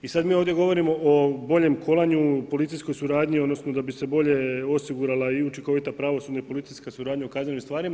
I sad mi ovdje govorimo o boljem kolanju, policijskoj suradnji odnosno da bi se bolje osigurala i učinkovita pravosudna i policijska suradnja u kaznenim stvarima.